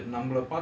when